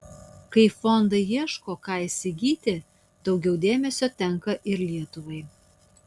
kai fondai ieško ką įsigyti daugiau dėmesio tenka ir lietuvai